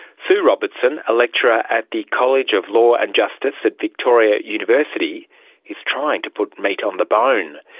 su robertson, a lecturer at the college of law and justice at victoria university is trying to put meat on the bone.